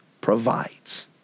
provides